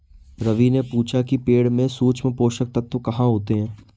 रवि ने पूछा कि पेड़ में सूक्ष्म पोषक तत्व कहाँ होते हैं?